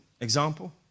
example